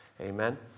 amen